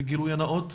לגילוי הנאות.